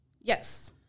Yes